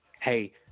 Hey